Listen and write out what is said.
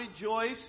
rejoice